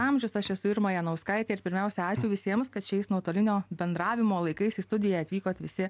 amžius aš esu irma janauskaitė ir pirmiausia ačiū visiems kad šiais nuotolinio bendravimo laikais į studiją atvykot visi